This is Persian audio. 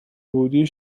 بودی